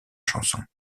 chanson